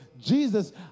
Jesus